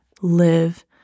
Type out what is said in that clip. live